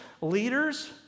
leaders